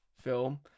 film